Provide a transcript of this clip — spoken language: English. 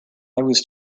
was